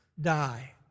die